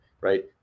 right